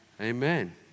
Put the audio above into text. Amen